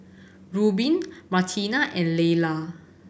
Rubin Martina and Laylah